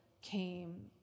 came